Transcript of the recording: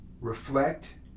Reflect